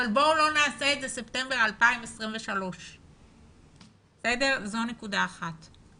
בואו לא נעשה את זה ספטמבר 2023. נקודה שנייה,